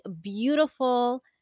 beautiful